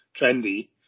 trendy